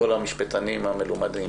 כל המשפטנים המלומדים